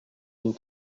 d’une